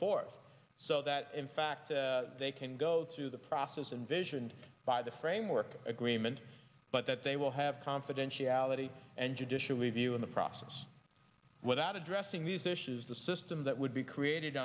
forth so that in fact they can go through the process and vision by the framework agreement but that they will have confidentiality and judicial review in the process without addressing these issues the system that would be created